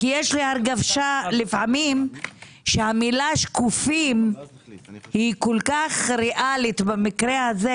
כי יש לי הרגשה לפעמים שהמילה שקופים היא כל כך ריאלית במקרה הזה,